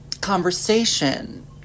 conversation